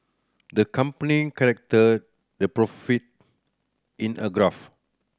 the company the profit in a graph